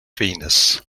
venus